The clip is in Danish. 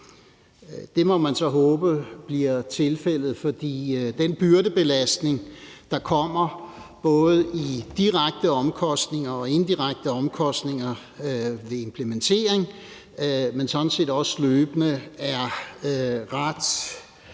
Det må man så håbe bliver tilfældet, for den byrdebelastning, der kommer både i direkte omkostninger og indirekte omkostninger ved implementering, men sådan set også løbende, er ret